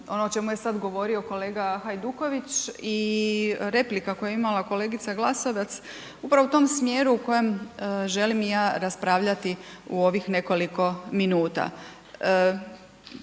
ono o čemu je sad govorio kolega Hajduković i replika koju je imala kolegica Glasovac upravo u tom smjeru u kojem želim i ja raspravljati u ovih nekoliko minuta.